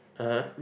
(uh huh)